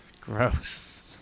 Gross